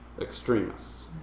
extremists